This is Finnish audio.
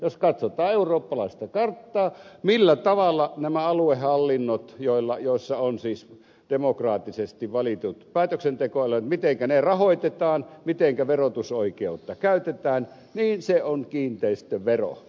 jos katsotaan eurooppalaista karttaa sen suhteen millä tavalla rahoitetaan nämä aluehallinnot joissa on siis demokraattisesti valitut päätöksentekoelimet mitenkä verotusoikeutta käytetään niin se on kiinteistövero